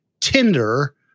Tinder